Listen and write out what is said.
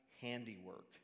handiwork